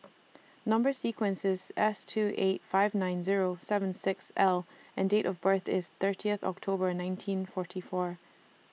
Number sequence IS S two eight five nine Zero seven six L and Date of birth IS thirtieth October nineteen forty four